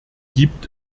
gibt